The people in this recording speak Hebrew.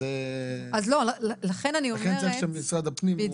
לכן צריך שמשרד הפנים.